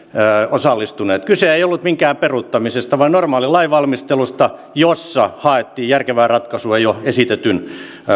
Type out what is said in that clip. osallistuneet kyse ei ollut minkään peruuttamisesta vaan normaalista lainvalmistelusta jossa haettiin järkevää ratkaisua jo esitetyn